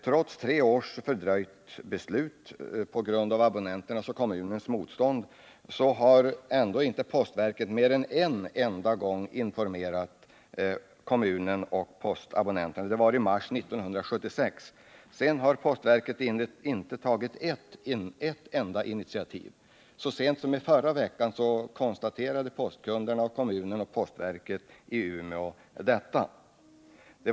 Trots ett tre år fördröjt beslut på grund av abonnenternas och kommunens motstånd har postverket inte mer än en enda gång informerat kommunen och abonnenterna; det var i mars 1976. Sedan har postverket inte tagit ett enda initiativ. Så sent som i förra veckan konstaterade postkunderna, kommunen och postverket i Umeå att så är förhållandet.